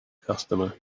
customer